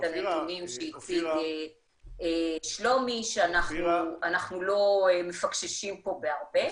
הנתונים שהציג שלומי שאנחנו לא מפקששים פה בהרבה.